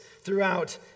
throughout